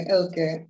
okay